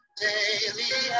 daily